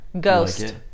Ghost